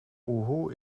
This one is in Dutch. oehoe